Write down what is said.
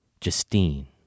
Justine